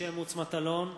משה מטלון,